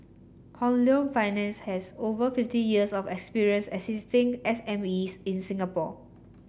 Hong Leong Finance has over fifty years of experience assisting S M Es in Singapore